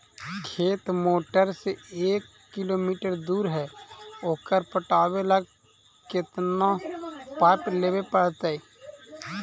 खेत मोटर से एक किलोमीटर दूर है ओकर पटाबे ल केतना पाइप लेबे पड़तै?